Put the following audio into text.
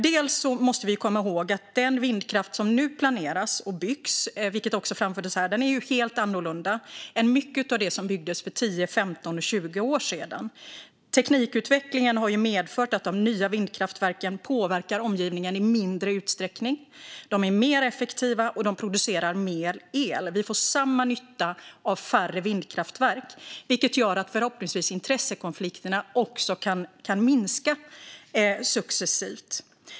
Vi måste komma ihåg att den vindkraft som nu planeras och byggs är helt annorlunda, vilket också framfördes här, än mycket av det som byggdes för 10-20 år sedan. Teknikutvecklingen har medfört att de nya vindkraftverken påverkar omgivningen i mindre utsträckning. Det är mer effektiva, och de producerar mer el. Vi får samma nytta av färre vindkraftverk. Det gör att förhoppningsvis intressekonflikterna också kan minska successivt.